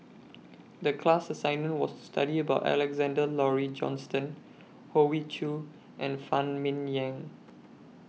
The class assignment was to study about Alexander Laurie Johnston Hoey Choo and Phan Ming Yen